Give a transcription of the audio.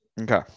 Okay